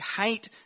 hate